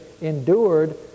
endured